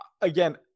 Again